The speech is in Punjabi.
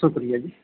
ਸ਼ੁਕਰੀਆ ਜੀ